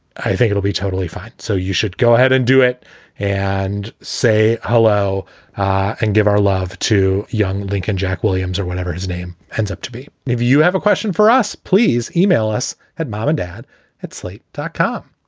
i think it'll be totally fine. so you should go ahead and do it and say hello and give our love to young lincoln jack williams or whenever his name ends up to be. if you have a question for us, please e-mail us at mom and dad at slate dot com.